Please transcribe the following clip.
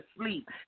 sleep